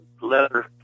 leather